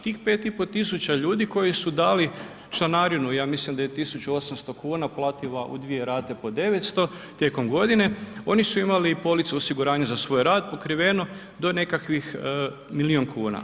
Tih 5,5 tisuća ljudi koji su dali članarinu, ja mislim da je 1800 kn plativa u dvije rate po 900 tijekom godine, oni su imali policu osiguranja za svoj rad pokriveno do nekakvih milijun kuna.